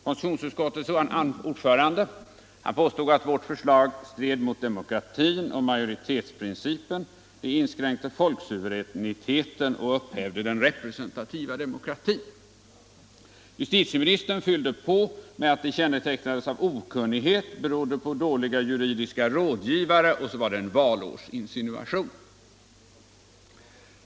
Konstitutionsutskottets ordförande påstod att vårt förslag stred mot demokratin och majoritetsprincipen, inskränkte folksuveräniteten och upphävde den representativa demokratin. Justitieministern fyllde på med att det kännetecknades av okunnighet, berodde på dåliga juridiska rådgivare och att det var en valårsinsinuation.